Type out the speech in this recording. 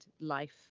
life